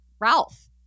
Ralph